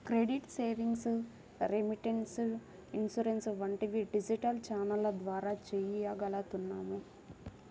credit, savings, remittance, insurance వంటివి digital ఛానెల్ల ద్వారా చెయ్యగలుగుతున్నాం